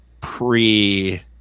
pre